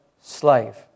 slave